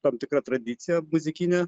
tam tikra tradicija muzikine